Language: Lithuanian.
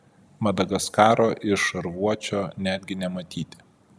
madagaskaro iš šarvuočio netgi nematyti